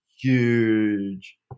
huge